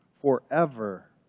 Forever